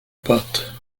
pâte